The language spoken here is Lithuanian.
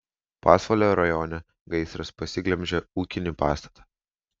pasvalio rajone gaisras pasiglemžė ūkinį pastatą